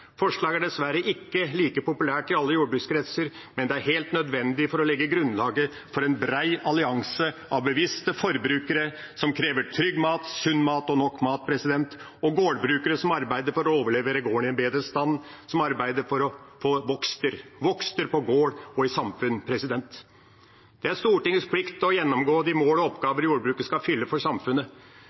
Forslaget er dessverre ikke like populært i alle jordbrukskretser, men det er helt nødvendig for å legge grunnlaget for en bred allianse av bevisste forbrukere som krever trygg mat, sunn mat og nok mat, og gårdbrukere som arbeider for å overlevere gården i bedre stand, som arbeider for å få vokster – vokster på gård og i samfunn. Det er Stortingets plikt å gjennomgå de målene og oppgavene jordbruket skal fylle for samfunnet.